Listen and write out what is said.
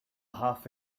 half